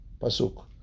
Pasuk